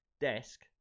desk